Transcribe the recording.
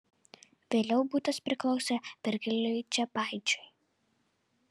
vėliau butas priklausė virgilijui čepaičiui